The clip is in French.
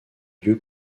lieu